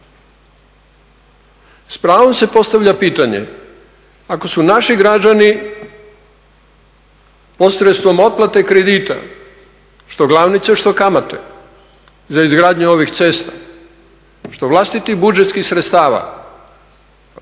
S pravom se postavlja pitanje ako su naši građani posredstvom otplate kredita što glavnice, što kamate za izgradnju ovih cesta, što iz vlastitih budžetskih sredstava